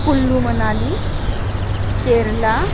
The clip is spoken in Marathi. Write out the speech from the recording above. कुल्लू मनाली केरला